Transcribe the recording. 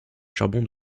charbon